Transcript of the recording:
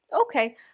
Okay